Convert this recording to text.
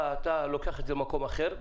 אתה לוקח את זה למקום אחר,